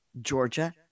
Georgia